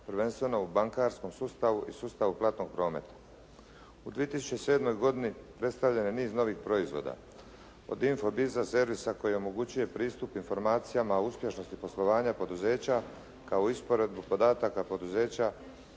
prvenstveno u bankarskom sustavu i sustavu platnog prometa. U 2007. godini predstavljen je niz novih proizvoda. Od Info bis servisa koji omogućuje pristup informacijama, o uspješnosti poslovanja poduzeća kao i usporedbu podataka poduzeća,